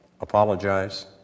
apologize